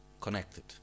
connected